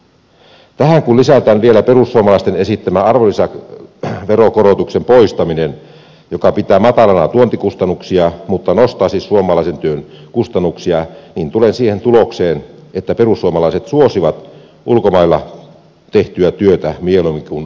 kun tähän lisätään vielä perussuomalaisten esittämä arvonlisäveron korotuksen poistaminen joka pitää matalana tuontikustannuksia mutta nostaisi suomalaisen työn kustannuksia tulen siihen tulokseen että perussuomalaiset suosivat ulkomailla tehtyä työtä mieluummin kuin suomalaista työtä